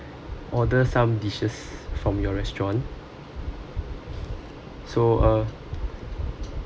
order some dishes from your restaurant so uh